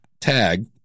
tag